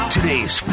Today's